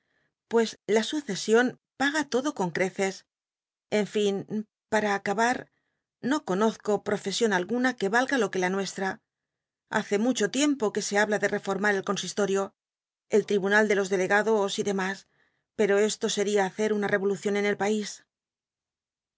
pues la sncesion paga todo con creces en fln para acabar no conozco ptofesion alguna que yalga lo que la nuestra hace mucho tiempo que se habla de teformar el consistotio el tribunal de los delegados y demas pero esto seria hacer una rcvolucion en el pais